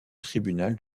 tribunal